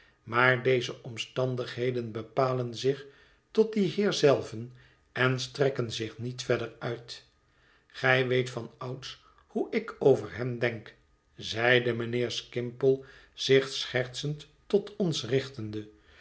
maar deze omstandigheden bepalen zich tot dien heer zelven en strekken zich niet verder uit gij weet vanouds hoe ik over hem denk zeide mijnheer skimpole zich schertsend tot ons richtende